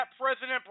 President